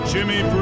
Jimmy